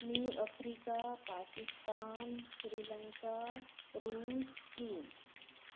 new Africa Pakistan Sri Lanka Russia China